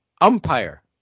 Umpire